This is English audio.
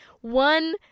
one